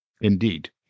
Indeed